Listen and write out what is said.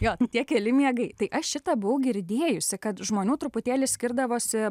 jo tie keli miegai tai aš šitą buvau girdėjusi kad žmonių truputėlį skirdavosi